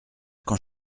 quand